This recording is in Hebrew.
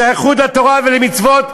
שייכות לתורה ולמצוות,